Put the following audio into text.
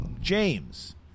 James